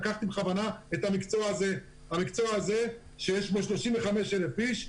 לקחתי בכוונה את המקצוע הזה, שיש בו 35,000 איש,